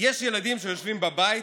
יש ילדים שיושבים בבית